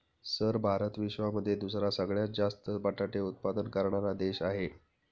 sir Bharat विश्वामध्ये दुसरा सगळ्यात जास्त बटाटे उत्पादन करणारा देश आहे